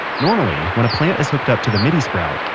normally when a plant is hooked up to the midi sprout,